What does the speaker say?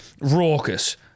Raucous